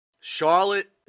Charlotte